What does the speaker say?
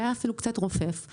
שהיה אפילו קצת רופף,